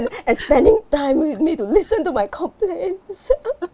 and spending time with me to listen to my complaints